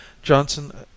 Johnson